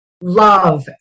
love